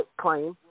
claim